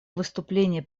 выступление